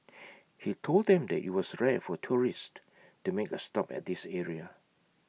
he told them that IT was rare for tourists to make A stop at this area